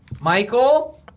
Michael